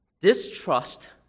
distrust